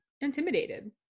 intimidated